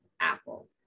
Apple